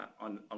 on